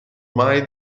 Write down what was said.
mai